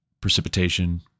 precipitation